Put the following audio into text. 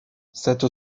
cette